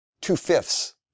two-fifths